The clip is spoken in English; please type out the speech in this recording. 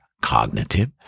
cognitive